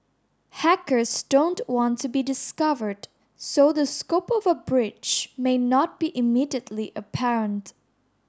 hackers don't want to be discovered so the scope of a breach may not be immediately apparent